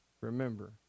remember